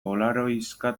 polaroiska